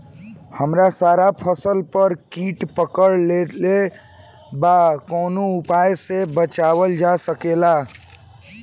हमर सारा फसल पर कीट पकड़ लेले बा कवनो उपाय से बचावल जा सकेला?